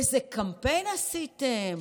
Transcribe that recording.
איזה קמפיין עשיתם?